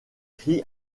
crie